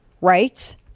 rights